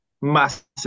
massive